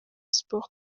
sports